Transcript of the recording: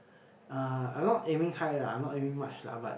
uh I not aiming high lah I not aiming much lah but